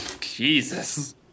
Jesus